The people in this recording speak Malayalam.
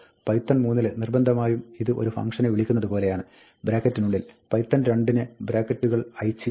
Python 3 ൽ നിർബന്ധമായും ഇത് ഒരു ഫങ്ക്ഷനെ വിളിക്കുന്നത് പോലെയാണ് ബ്രാക്കറ്റിനുള്ളിൽ python 2 ൻ ബ്രാക്കറ്റുകൾ ഐച്ഛികമാണ്